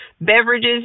beverages